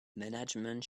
management